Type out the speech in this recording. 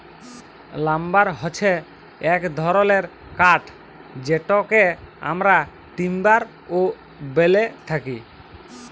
lumber হচ্যে এক ধরলের কাঠ যেটকে আমরা টিম্বার ও ব্যলে থাকি